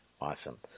awesome